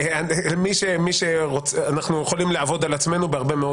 אנחנו יכולים לעבוד על עצמנו בהרבה מאוד